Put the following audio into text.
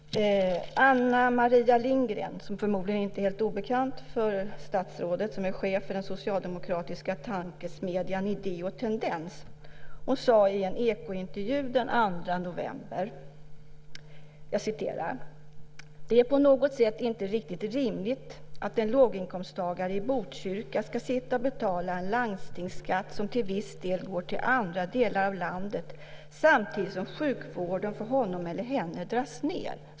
Anne-Marie Lindgren, chef för den socialdemokratiska tankesmedjan Idé & tendens och förmodligen inte helt obekant för statsrådet, sade i en Ekointervju den 2 november: "Det är på något sätt inte riktigt rimligt att en låginkomsttagare i Botkyrka ska sitta och betala en landstingsskatt som till viss del går till andra delar av landet samtidigt som sjukvården för honom eller henne dras ned."